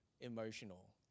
emotional